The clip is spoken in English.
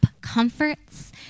comforts